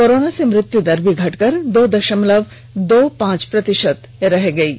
corona से मृत्यु दर भी घटकर दो दशमलव दो पांच प्रतिशत रह गई है